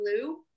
blue